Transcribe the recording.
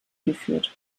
geführt